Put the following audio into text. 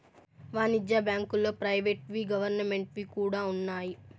వాణిజ్య బ్యాంకుల్లో ప్రైవేట్ వి గవర్నమెంట్ వి కూడా ఉన్నాయి